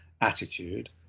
attitude